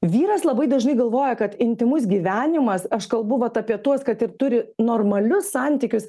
vyras labai dažnai galvoja kad intymus gyvenimas aš kalbu vat apie tuos kad ir turi normalius santykius